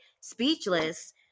speechless